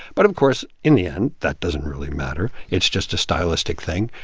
but, of course, in the end, that doesn't really matter. it's just a stylistic thing.